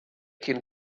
cyn